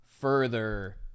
further